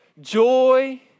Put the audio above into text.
joy